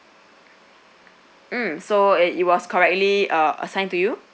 mm so it was correctly uh assigned to you